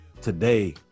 today